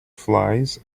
flies